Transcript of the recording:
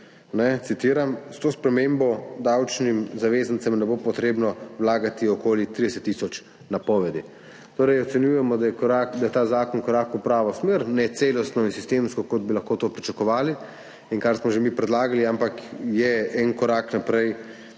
»S to spremembo davčnim zavezancem ne bo potrebno vlagati okoli 30 tisoč napovedi.« Ocenjujemo, da je ta zakon korak v pravo smer, ne celostno in sistemsko, kot bi lahko to pričakovali in kar smo že mi predlagali, ampak je en korak naprej